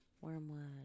Wormwood